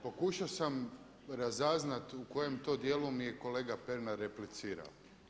Pokušao sam razaznat u kojem to djelu mi je kolega Pernar replicirao.